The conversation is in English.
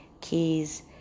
keys